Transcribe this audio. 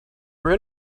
three